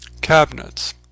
Cabinets